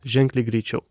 ženkliai greičiau